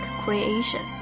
creation